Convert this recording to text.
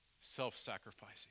self-sacrificing